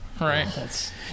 Right